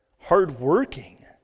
hardworking